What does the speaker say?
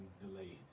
delay